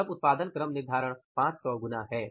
तब उत्पादन क्रम निर्धारण 500 गुना है